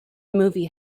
movie